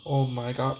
oh my god